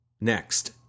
Next